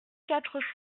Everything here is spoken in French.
quatre